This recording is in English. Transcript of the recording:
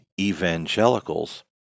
evangelicals